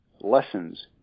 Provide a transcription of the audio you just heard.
lessons